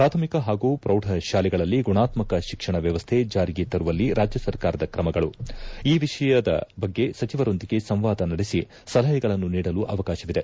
ಪ್ರಾಥಮಿಕ ಪಾಗೂ ಪ್ರೌಢ ಶಾಲೆಗಳಲ್ಲಿ ಗುಣಾತ್ಮಕ ಶಿಕ್ಷಣ ವ್ಯವಸ್ಥೆ ಜಾರಿಗೆ ತರುವಲ್ಲಿ ರಾಜ್ಯ ಸರಕಾರದ ಕ್ರಮಗಳು ಈ ವಿಷಯದ ಬಗ್ಗೆ ಸಚಿವರೊಂದಿಗೆ ಸಂವಾದ ನಡೆಸಿ ಸಲಹೆಗಳನ್ನು ನೀಡಲು ಅವಕಾಶವಿದೆ